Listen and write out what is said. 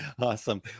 Awesome